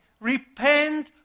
repent